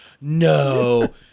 no